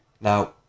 Now